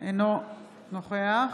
אינו נוכח